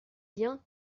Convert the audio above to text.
bien